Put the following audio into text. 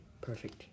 perfect